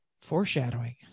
foreshadowing